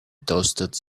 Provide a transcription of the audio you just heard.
toasted